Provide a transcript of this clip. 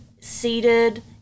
seated